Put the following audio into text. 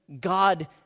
God